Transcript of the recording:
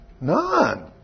None